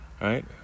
right